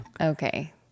Okay